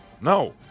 No